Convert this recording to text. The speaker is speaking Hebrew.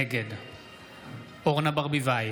נגד אורנה ברביבאי,